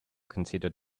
consider